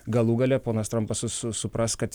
galų gale ponas trampas su su supras kad